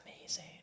Amazing